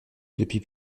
depuis